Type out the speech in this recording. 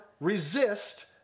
Resist